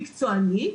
מקצועני,